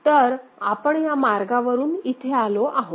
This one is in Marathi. तर आपण या मार्ग वरून इथे आलो आहोत